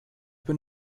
been